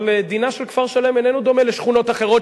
אבל דינה של כפר-שלם אינו דומה לשכונות אחרות,